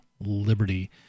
liberty